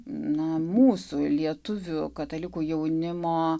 na mūsų lietuvių katalikų jaunimo